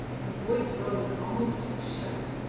her voice rose almost to a shout.